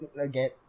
again